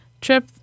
trip